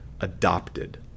Adopted